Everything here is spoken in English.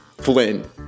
Flynn